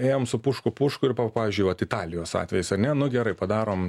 jiem su pušku pušku ir pavyzdžiui vat italijos atvejis ar ne nu gerai padarom